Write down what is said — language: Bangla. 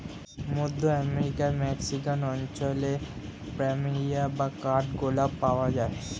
মধ্য আমেরিকার মেক্সিকান অঞ্চলে প্ল্যামেরিয়া বা কাঠ গোলাপ পাওয়া যায়